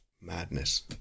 madness